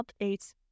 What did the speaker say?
updates